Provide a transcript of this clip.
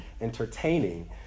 entertaining